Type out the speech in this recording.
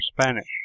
Spanish